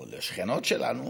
או לשכנות שלנו,